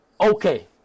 okay